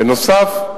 בנוסף,